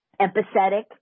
empathetic